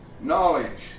knowledge